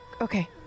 okay